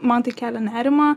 man tai kelia nerimą